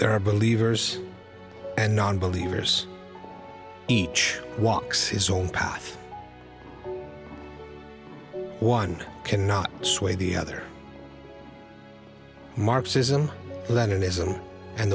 there are believers and nonbelievers each walks his own path one cannot sway the other marxism